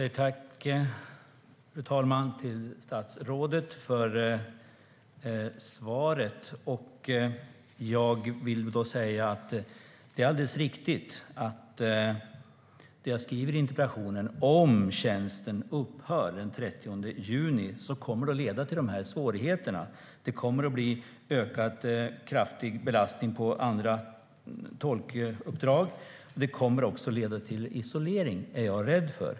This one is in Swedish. Fru talman! Jag tackar statsrådet för svaret. Det är alldeles riktigt att jag skriver i interpellationen att om tjänsten upphör den 30 juni kommer det att leda till dessa svårigheter. Det kommer att bli ökad kraftig belastning på andra tolkuppdrag. Det kommer att leda till isolering, är jag rädd för.